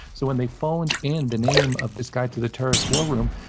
so when they phoned in the name of this guy to the terrorist war room,